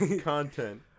content